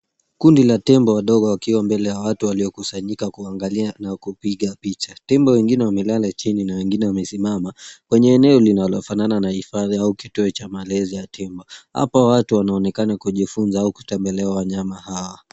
Kundi la tembo wadogo wakiwa mbele ya watu waliokusanyika kuangalia na kupiga picha. Tembo wengine wamelala chini na wengine wamesimama kwenye eneo linalofanana na hifadhi au kituo cha malezi ya tembo. Hapa watu wanaonekana kujifunza au kutembelea wanyama hawa.